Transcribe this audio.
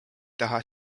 taha